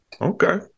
Okay